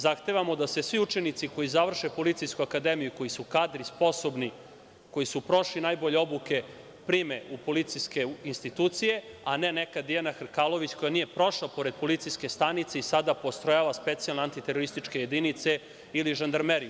Zahtevamo da se svi učenici koji završe Policijsku akademiju, koji su kadri, sposobni, koji su prošli najbolju obuku prime u policijske institucije, a ne neka Dijana Hrkalović koja nije prošla pored policijske stanice i sada postrojava specijalne antiterorističke jedinice ili žandarmeriju.